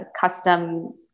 custom